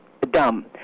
dumb